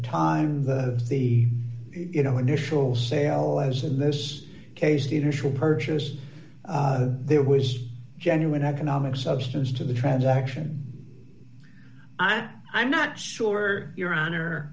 time of the you know initial sale as in this case the initial purchase there was genuine economic substance to the transaction i'm not sure your honor